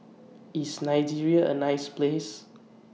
IS Nigeria A nice Place